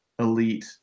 elite